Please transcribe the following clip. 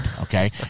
Okay